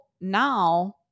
now